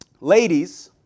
Ladies